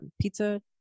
pizza